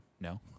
No